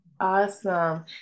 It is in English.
Awesome